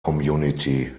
community